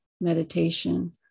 meditation